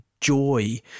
joy